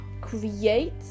create